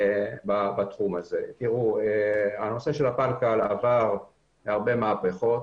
הפלקל עבר הרבה מהפכות.